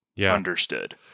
understood